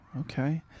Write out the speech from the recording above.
Okay